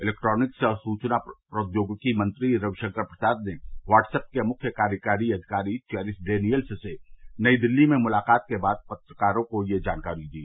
electronics और सुवना प्रौद्योगिकी मंत्री रविशंकर प्रसाद ने व्हाट्सअप के मुख्य कार्यकारी अधिकारी चौरिस डेनियल्स से नई दिल्ली में मुलाकात के बाद पत्रकारों को यह जानकारी दी